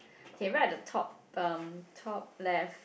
K right at the top um top left